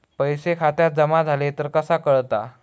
पैसे खात्यात जमा झाले तर कसा कळता?